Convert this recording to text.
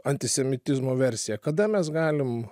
antisemitizmo versiją kada mes galim